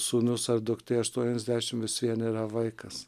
sūnus ar duktė aštuoniasdešimt vis vien yra vaikas